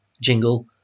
jingle